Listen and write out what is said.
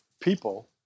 people